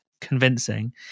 convincing